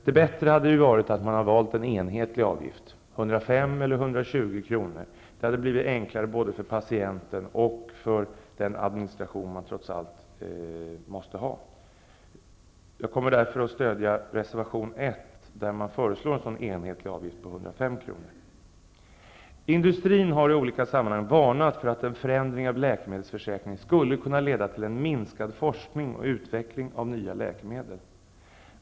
Det hade varit bättre att välja en enhetlig avgift, 105 eller 120 kr. Det hade blivit enklare både för patienten och för administrationen. Jag kommer därför att stödja reservation 1 där det föreslås en enhetlig avgift på 105 kr. Industrin har i olika sammanhang varnat för att en förändring av läkemedelsförsäkringen skulle kunna leda till minskad forskning och utveckling av nya läkemedel.